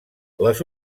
les